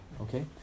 okay